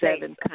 seven